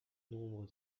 nombre